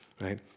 right